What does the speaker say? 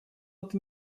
это